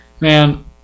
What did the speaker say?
man